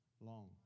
long